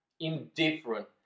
Indifferent